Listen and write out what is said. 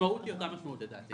המשמעות היא אותה משמעות לדעתי.